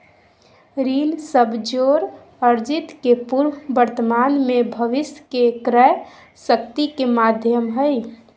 ऋण सब जोड़ अर्जित के पूर्व वर्तमान में भविष्य के क्रय शक्ति के माध्यम हइ